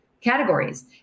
categories